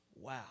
Wow